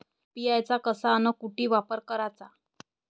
UPI चा कसा अन कुटी वापर कराचा?